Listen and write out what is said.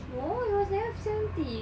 no it was never seventy